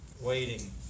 waiting